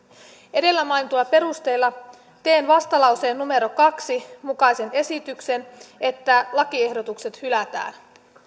edellä mainituilla perusteilla teen vastalauseen numero kahden mukaisen esityksen että lakiehdotukset hylätään